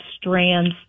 strands